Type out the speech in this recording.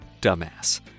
dumbass